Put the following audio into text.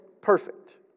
perfect